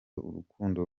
urukundo